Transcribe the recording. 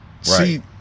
See